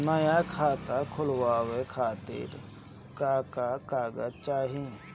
नया खाता खुलवाए खातिर का का कागज चाहीं?